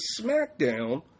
SmackDown